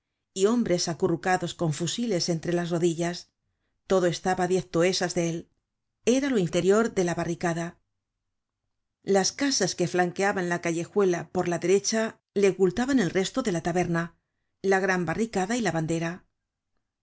y hombres acurrucados con fusiles entre las rodillas todo estaba á diez toesas de él era lo interior de la barricada las casas que flanqueaban la callejuela por la derecha le ocultaban el resto de la taberna la gran barricada y la bandera